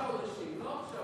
עוד שלושה חודשים, לא עכשיו,